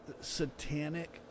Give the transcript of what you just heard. satanic